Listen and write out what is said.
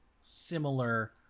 similar